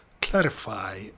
clarify